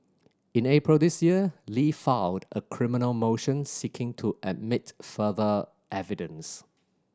in April this year Li filed a criminal motion seeking to admit further evidence